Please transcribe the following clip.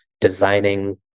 designing